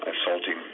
assaulting